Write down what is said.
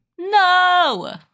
No